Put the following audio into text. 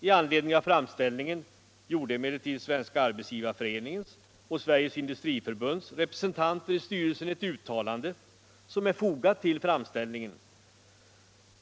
I anledning av framställningen gjorde emellertid Svenska arbetsgivareföreningens och Sveriges industriförbunds representanter ett uttalande, som är fogat till framställningen.